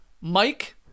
Mike